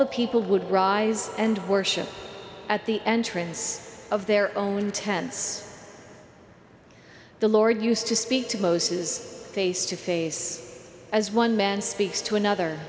the people would rise and worship at the entrance of their own tents the lord used to speak to moses face to face as one man speaks to another